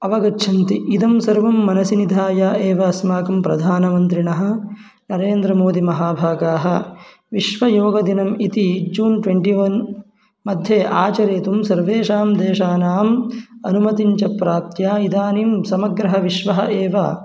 अवगच्छन्ति इदं सर्वं मनसि निधाय एव अस्माकं प्रधानमन्त्रिणः नरेन्द्रमोदिमहाभागाः विश्वयोगदिनम् इति जून् ट्वेण्टिवन्मध्ये आचरयितुं सर्वेषां देशानाम् अनुमतिं च प्राप्य इदानीं समग्रः विश्वः एव